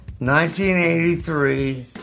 1983